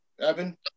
Evan